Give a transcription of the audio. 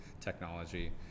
technology